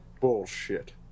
Bullshit